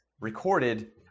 recorded